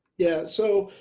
yeah, so,